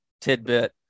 tidbit